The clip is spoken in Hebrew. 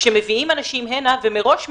כשמביאים אנשים הנה ומראש מגדירים,